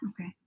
okay